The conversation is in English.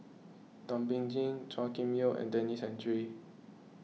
Thum Ping Tjin Chua Kim Yeow and Denis Santry